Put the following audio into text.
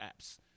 apps